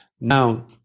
Now